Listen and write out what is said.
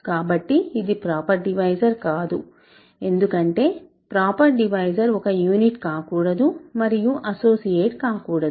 కాబట్టి ఇది proper divisor కాదు ఎందుకంటే ప్రాపర్ డివైజర్ ఒక యూనిట్ కాకూడదు మరియు అసోసియేట్ కాకూడదు